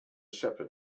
shepherd